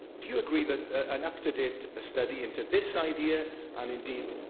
do you agree that an up-to-date study into this idea, and, indeed,